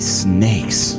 snakes